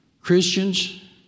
Christians